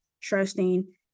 trusting